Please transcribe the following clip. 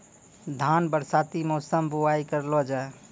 धान बरसाती मौसम बुवाई करलो जा?